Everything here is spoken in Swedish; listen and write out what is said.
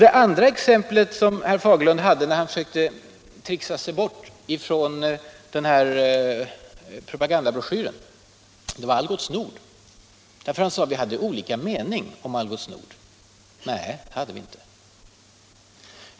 Det andra exemplet som herr Fagerlund nämnde när han försökte att tricksa sig bort från propagandabroschyren var Algots Nord. Han sade att vi hade olika mening om Algots Nord. Nej, det hade vi inte!